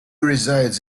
resides